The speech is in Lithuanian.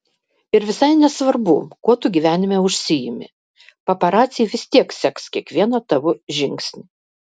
ir visai nesvarbu kuo tu gyvenime užsiimi paparaciai vis tiek seks kiekvieną tavo žingsnį